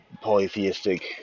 polytheistic